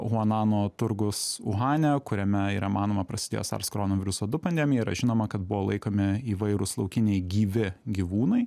huanano turgus uhane kuriame yra manoma prasidėjo sars koronaviruso du pandemija yra žinoma kad buvo laikomi įvairūs laukiniai gyvi gyvūnai